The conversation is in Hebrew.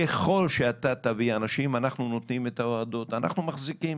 ככל שאתה תביא אנשים אנחנו נותנים, אנחנו מחזיקים.